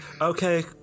Okay